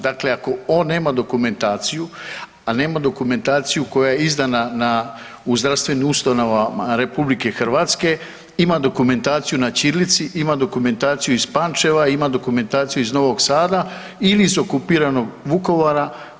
Dakle, ako on nema dokumentaciju, a nema dokumentaciju koja je izdana u zdravstvenim ustanovama RH ima dokumentaciju na ćirilici, ima dokumentaciju iz Pančeva, ima dokumentaciju iz Novog Sada ili iz okupiranog Vukovara.